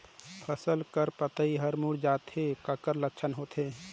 फसल कर पतइ हर मुड़ जाथे काकर लक्षण होथे?